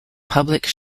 public